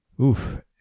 Oof